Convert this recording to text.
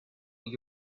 will